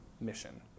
mission